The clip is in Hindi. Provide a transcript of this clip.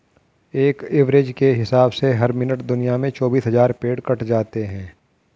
एक एवरेज के हिसाब से हर मिनट दुनिया में चौबीस हज़ार पेड़ कट जाते हैं